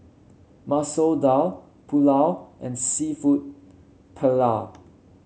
Masoor Dal Pulao and seafood Paella